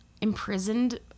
imprisoned